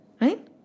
Right